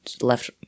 left